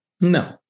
no